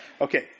Okay